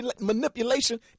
manipulation